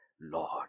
Lord